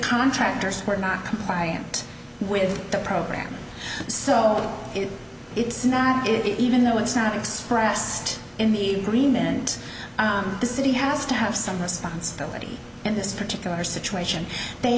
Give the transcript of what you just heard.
contractors were not compliant with the program so if it's not good even though it's not expressed in the green then and the city has to have some responsibility in this particular situation they